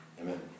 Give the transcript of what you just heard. Amen